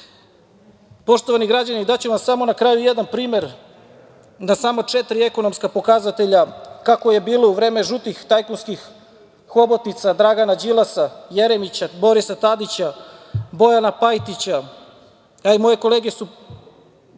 fabrike. Poštovani građani, daću vam samo na kraju jedan primer na samo četiri ekonomska pokazatelja kako je bilo u vreme žutih tajkunskih hobotnica Dragana Đilasa, Jeremića, Borisa Tadića, Bojana Pajtića, a moje kolege su